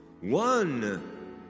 One